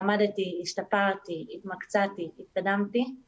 למדתי, השתפרתי, התמקצעתי, התקדמתי